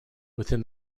within